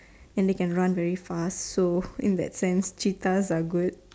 and they can run very fast so in that sense cheetahs are good